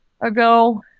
ago